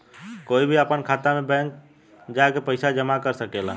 कोई भी आपन खाता मे बैंक जा के पइसा जामा कर सकेला